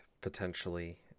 potentially